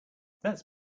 that’s